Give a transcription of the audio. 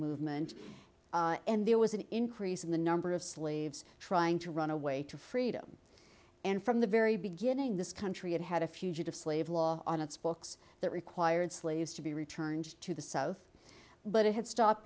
movement and there was an increase in the number of sleeves trying to run away to freedom and from the very beginning this country it had a fugitive slave law on its books that required slaves to be returned to the south but it had stopped